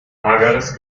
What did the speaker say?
hageres